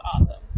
awesome